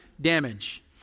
damage